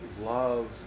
love